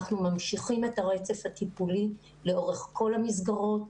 אנחנו ממשיכים את הרצף הטיפולי לאורך כל המסגרות,